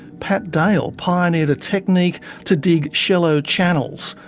pat dale pioneered a technique to dig shallow channels,